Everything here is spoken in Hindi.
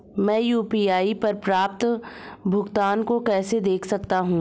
मैं यू.पी.आई पर प्राप्त भुगतान को कैसे देख सकता हूं?